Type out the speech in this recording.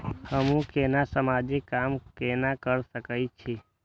हमू केना समाजिक काम केना कर सके छी?